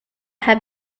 have